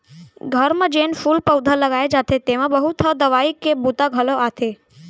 घर म जेन फूल पउधा लगाए जाथे तेमा बहुत ह दवई के बूता घलौ आथे